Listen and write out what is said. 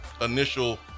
initial